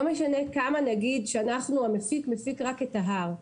לא משנה כמה נגיד שהמפיק מפיק רק את ההר.